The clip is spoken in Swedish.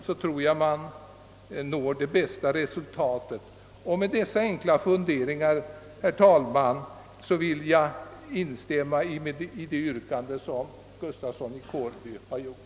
Allt i enlighet med de rättsliga regler som den föreslagna lagen ger dem att handla efter. Med dessa enkla funderingar ber jag, herr talman, att få instämma i det yrkande som herr Gustafsson i Kårby ställt.